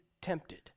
tempted